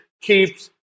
keeps